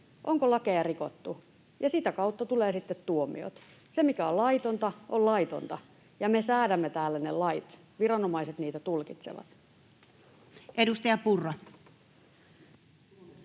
onko lakeja rikottu, ja sitä kautta tulevat sitten tuomiot. Se, mikä on laitonta, on laitonta. Me säädämme täällä ne lait. Viranomaiset niitä tulkitsevat. [Speech 399]